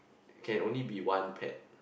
can only be one pet